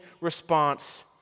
response